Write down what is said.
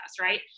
right